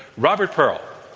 robert pearl.